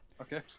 Okay